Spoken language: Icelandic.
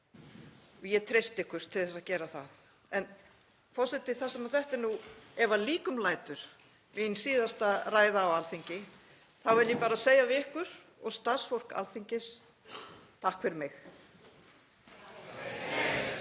Ég treysti ykkur til að gera það. En forseti. Þar sem þetta er nú, ef að líkum lætur, mín síðasta ræða á Alþingi þá vil ég bara segja við ykkur og starfsfólk Alþingis: Takk fyrir mig.